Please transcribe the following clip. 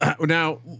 now